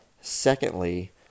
Secondly